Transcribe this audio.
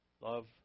love